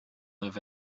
live